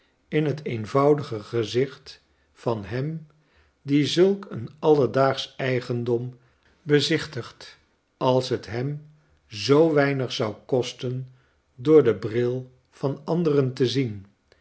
in het eenvoudige gezicht van hem die zulk een alledaagsch eigendom bezichtigt als het hem zoo weinig zou kosten door den bril van anderen te zien